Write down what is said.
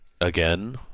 Again